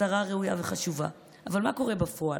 מטרה ראויה וחשובה, אבל מה קורה בפועל?